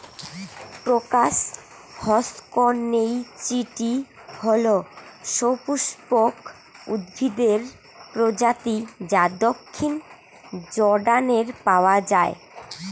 crocus হসকনেইচটি হল সপুষ্পক উদ্ভিদের প্রজাতি যা দক্ষিণ জর্ডানে পাওয়া য়ায়